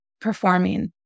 performing